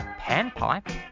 panpipe